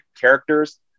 characters